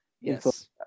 yes